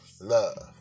love